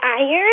iron